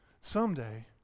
someday